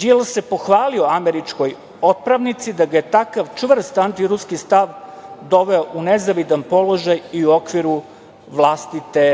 Đilas se pohvalio američkoj otpravnici da ga je takav čvrst antiruski stav doveo u nezavidan položaj i u okviru vlasti te